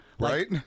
Right